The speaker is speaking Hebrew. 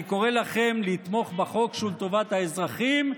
אני קורא לכם לתמוך בחוק שהוא לטובת האזרחים,